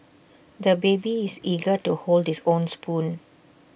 the baby is eager to hold his own spoon